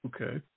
Okay